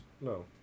No